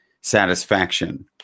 satisfaction